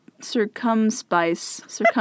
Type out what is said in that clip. Circumspice